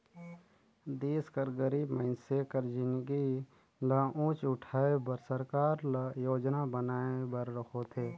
देस कर गरीब मइनसे कर जिनगी ल ऊंच उठाए बर सरकार ल योजना बनाए बर होथे